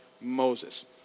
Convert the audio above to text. Moses